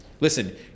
listen